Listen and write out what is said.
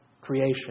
creation